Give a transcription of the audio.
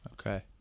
Okay